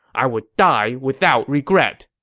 i would die without regret!